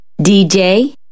dj